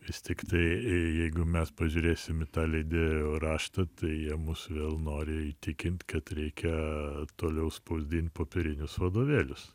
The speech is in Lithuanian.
vis tiktai jeigu mes pažiūrėsim į tą leidėjų raštą tai jie mus vėl nori įtikint kad reikia toliau spausdint popierinius vadovėlius